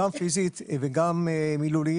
גם פיזית וגם מילולית.